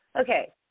okay